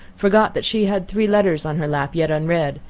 forgot that she had three letters on her lap yet unread,